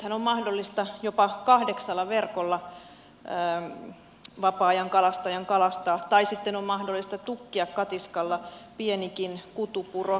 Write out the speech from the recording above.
nythän on mahdollista jopa kahdeksalla verkolla vapaa ajankalastajan kalastaa tai sitten on mahdollista tukkia katiskalla pienikin kutupuro